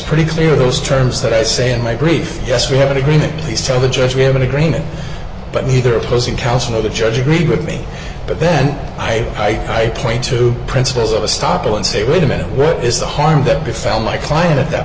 pretty clear those terms that i say in my brief yes we have an agreement please tell the judge we have an agreement but neither opposing counsel of the judge agreed with me but then i point to principles of a stop and say wait a minute where is the harm that befell my client at that